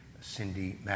Cindy